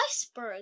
iceberg